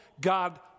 God